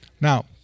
Now